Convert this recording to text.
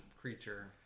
creature